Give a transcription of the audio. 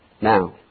Now